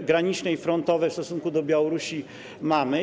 graniczne i frontowe, w stosunku do Białorusi mamy.